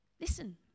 listen